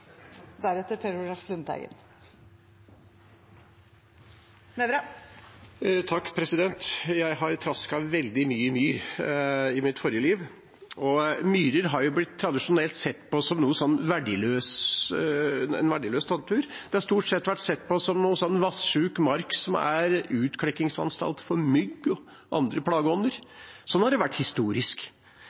Jeg har trasket veldig mye i myr i mitt forrige liv, og myrer har tradisjonelt blitt sett på som verdiløs natur – vassjuk mark som er utklekkingsanstalt for mygg og andre plageånder. Slik har det vært historisk. Det gjaldt å få satt plogen nedi dette, få det drenert og dyrket opp. Det var naturlig, og